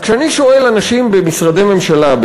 אז כשאני שואל אנשים במשרדי ממשלה,